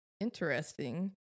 interesting